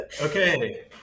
Okay